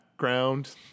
Ground